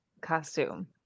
costume